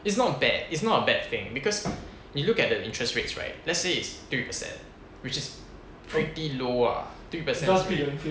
it's not bad it's not a bad thing because 你 look at the interest rates right let's say it's three percent which is pretty low ah three percent is pretty